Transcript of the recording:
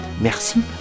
Merci